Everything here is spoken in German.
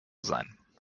sein